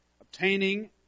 obtaining